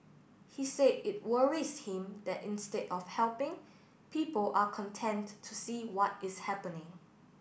he said it worries him that instead of helping people are content to see what is happening